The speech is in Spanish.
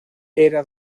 era